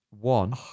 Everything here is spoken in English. One